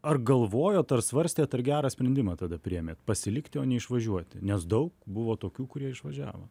ar galvojot ar svarstėt ar gerą sprendimą tada priėmėt pasilikti o ne išvažiuoti nes daug buvo tokių kurie išvažiavo